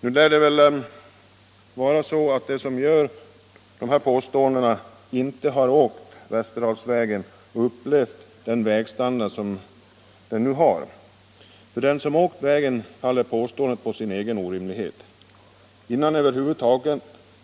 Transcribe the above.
Nu lär det väl vara så att de som gör dessa påståenden inte har åkt Västerdalsvägen och upplevt den standard som vägen nu har. För den som åkt vägen faller påståendet om övergång till landsvägstrafik på sin egen orimlighet. Innan över huvud taget